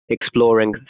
exploring